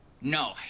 No